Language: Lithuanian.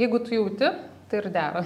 jeigu tu jauti tai ir dera